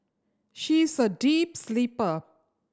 she is a deep sleeper